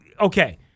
okay